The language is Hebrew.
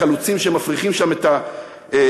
החלוצים שמפריחים שם את השממה.